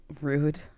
Rude